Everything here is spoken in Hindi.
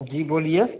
जी बोलिए